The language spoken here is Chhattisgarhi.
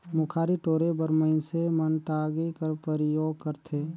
मुखारी टोरे बर मइनसे मन टागी कर परियोग करथे